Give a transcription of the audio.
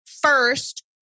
first